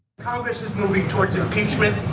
congress is moving towards impeachment,